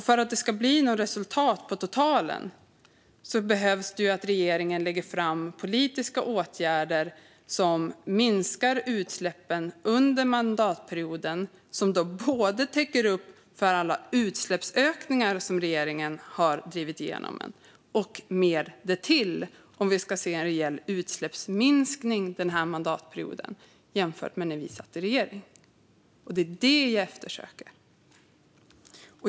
För att det ska bli något resultat på totalen behövs det att regeringen lägger fram politiska åtgärder som minskar utsläppen under mandatperioden. De ska då täcka upp för alla utsläppsökningar som regeringen har drivit igenom och mer därtill om vi ska se en reell utsläppsminskning denna mandatperiod jämfört med tiden när vi satt i regering. Det är detta jag eftersöker.